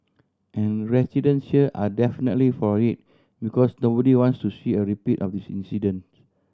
and residents here are definitely for it because nobody wants to see a repeat of this incident